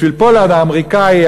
בשביל פולארד האמריקאי,